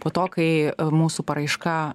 po to kai mūsų paraiška